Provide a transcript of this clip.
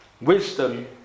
Wisdom